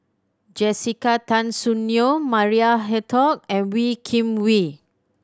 Jessica Tan Soon Neo Maria Hertogh and Wee Kim Wee